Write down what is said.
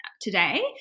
today